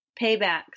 Paybacks